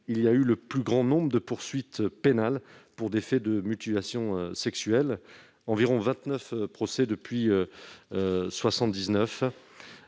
il y a eu le plus grand nombre de poursuites pénales pour des faits de mutilations sexuelles : environ 29 procès depuis 1979.